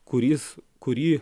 kuris kurį